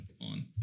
on